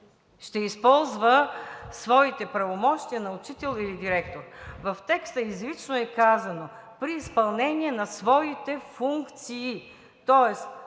Ще използва своите правомощия на учител или директор. В текста изрично е казано: „при изпълнение на своите функции“ тоест,